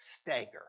stagger